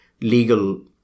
legal